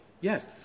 yes